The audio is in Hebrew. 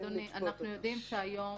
אדוני, אנחנו יודעים שהיום